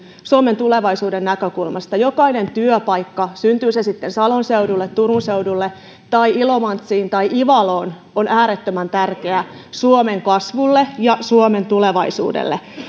suomen tulevaisuuden näkökulmasta jokainen työpaikka syntyy se sitten salon seudulle turun seudulle tai ilomantsiin tai ivaloon on äärettömän tärkeä suomen kasvulle ja suomen tulevaisuudelle